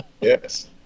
Yes